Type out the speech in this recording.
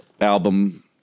album